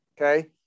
okay